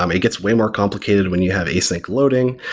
um it gets way more complicated when you have async loading.